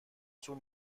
طول